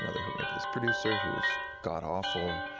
and they hook me up with this producer who is god awful.